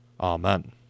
Amen